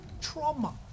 trauma